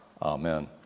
Amen